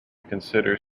consider